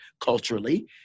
culturally